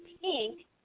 pink